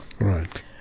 Right